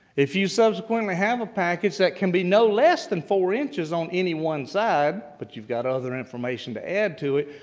if you subsequently have a package that can be no less than four inches on any one side, but you've got other information to add to it,